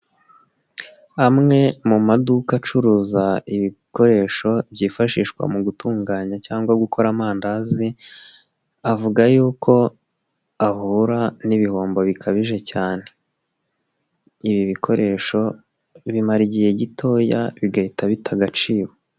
Amwe mu maduka acuruza ibikoresho byifashishwa mu gutunganya cyangwa gukora amandazi, avuga y'uko ahura n'ibihombo bikabije cyane. Ibi bikoresho bimara igihe gitoya bigahita bita agaciro.